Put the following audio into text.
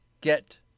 get